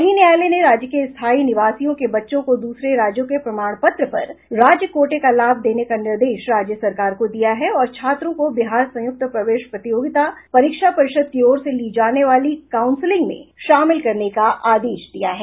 वहीं न्यायालय ने राज्य के स्थायी निवासियों के बच्चों को दूसरे राज्यों के प्रमाण पत्र पर राज्य कोटे का लाभ देने का निर्देश राज्य सरकार को दिया है और छात्रों को बिहार संयुक्त प्रवेश प्रतियोगिता परीक्षा परिषद की ओर से ली जाने वाले कांउसिलिंग में शामिल करने का आदेश दिया है